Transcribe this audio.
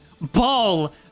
ball